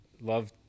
love